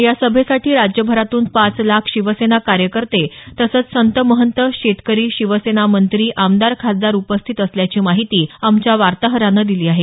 या सभेसाठी राज्यभरातून पाच लाख शिवसेना कार्यकर्ते तसंच संत महंत शेतकरी शिवसेना मंत्री आमदार खासदार उपस्थित असल्याची माहिती आमच्या वार्ताहरानं दिली आहे